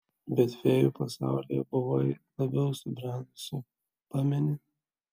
bet fėjų pasaulyje buvai labiau subrendusi pameni